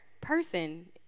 person